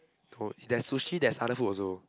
no there's sushi there's other food also